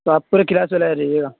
تو آپ پورے کلاس والے آ جائیے گا